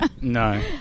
no